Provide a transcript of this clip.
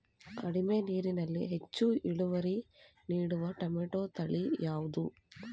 ಕಡಿಮೆ ನೀರಿನಲ್ಲಿ ಹೆಚ್ಚು ಇಳುವರಿ ನೀಡುವ ಟೊಮ್ಯಾಟೋ ತಳಿ ಯಾವುದು?